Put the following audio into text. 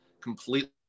completely